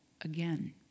Again